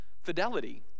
fidelity